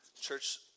church